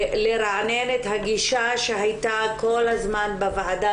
לרענן את הגישה שהייתה כל הזמן בוועדה,